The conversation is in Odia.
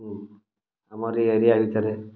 ଉଁ ଆମର ଇଏ ଏରିଆ ଭିତରେ